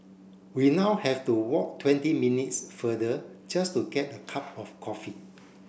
we now have to walk twenty minutes further just to get a cup of coffee